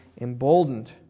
emboldened